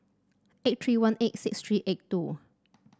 eight three one eight six three eight two